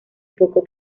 poco